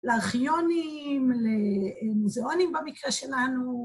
לארכיונים, למוזיאונים במקרה שלנו.